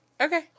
Okay